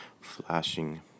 flashing